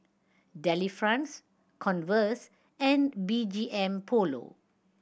Delifrance Converse and B G M Polo